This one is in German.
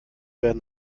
werden